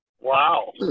Wow